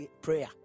prayer